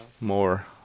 more